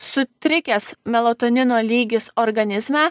sutrikęs melatonino lygis organizme